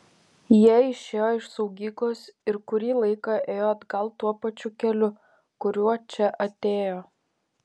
jie išėjo iš saugyklos ir kurį laiką ėjo atgal tuo pačiu keliu kuriuo čia atėjo